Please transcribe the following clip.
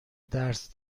درس